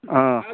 अ